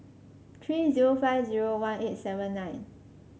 three zero five zero one eight seven nine